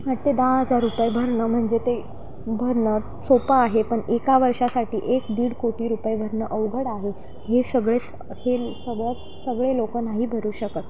आठ ते दहा हजार रुपये भरणं म्हणजे ते भरणं सोपं आहे पण एका वर्षासाठी एक दीड कोटी रुपये भरणं अवघड आहे हे सगळेच हे सगळ्या सगळे लोक नाही भरू शकत